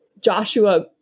Joshua